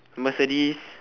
Mercedes